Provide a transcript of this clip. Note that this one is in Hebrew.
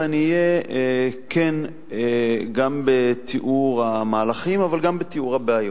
ואני אהיה כן גם בתיאור המהלכים אבל גם בתיאור הבעיות.